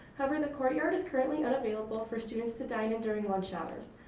however, and the courtyard is currently unavailable for students to dine in during lunch hours.